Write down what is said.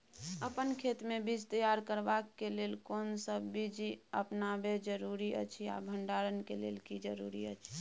अपन खेत मे बीज तैयार करबाक के लेल कोनसब बीधी अपनाबैक जरूरी अछि आ भंडारण के लेल की जरूरी अछि?